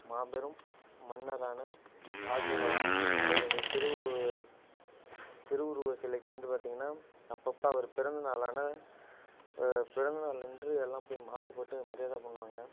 மாபெரும் மன்னரான ராஜராஜன் அவரது திரு உருவ திரு உருவச் சிலைக்கு வந்து பார்த்தீங்கனா அப்பப்போ அவர் பிறந்த நாளான பிறந்தநாள் அன்று எல்லாம் போய் மாலை போட்டு மரியாதை பண்ணுவாங்க